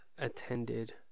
Attended